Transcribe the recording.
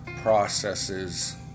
processes